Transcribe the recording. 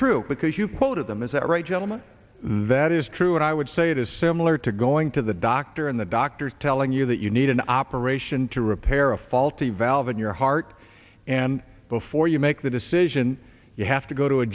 true because you quoted them is that right gentlemen that is true and i would say it is similar to going to the doctor and the doctors telling you that you need an operation to repair a faulty valve in your heart and before you make the decision you have to go to a